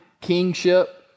kingship